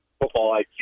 football